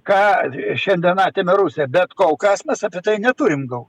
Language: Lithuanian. ką šiandien atėmė rusija bet kol kas mes apie tai neturim gal